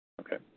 Okay